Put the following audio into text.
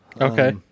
Okay